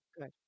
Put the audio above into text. Good